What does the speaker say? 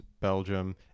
belgium